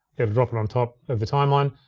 it'll open on top of the timeline.